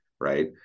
right